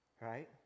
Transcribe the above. Right